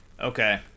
Okay